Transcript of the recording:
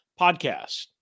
podcast